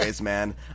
man